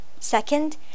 Second